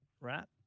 rat